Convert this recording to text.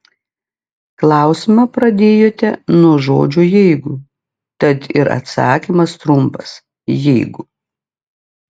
klausimą pradėjote nuo žodžio jeigu tad ir atsakymas trumpas jeigu